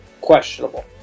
questionable